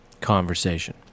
conversation